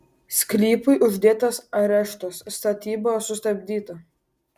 sklypui uždėtas areštas statyba sustabdyta